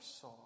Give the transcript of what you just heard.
saw